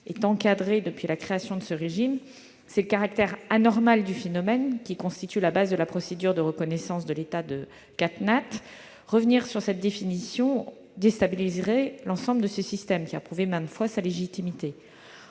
est encadrée depuis la création de ce régime. C'est le caractère anormal du phénomène qui constitue la base de la procédure de reconnaissance de l'état de catastrophe naturelle. Revenir sur cette définition déstabiliserait l'ensemble de ce système qui a prouvé maintes fois sa légitimité.